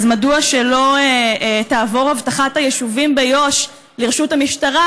אז מדוע לא תעבור אבטחת היישובים ביהודה ושומרון לרשות המשטרה,